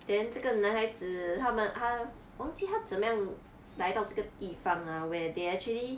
then 这个男孩子他们他我忘记他怎么样来到这个地方 ah where they actually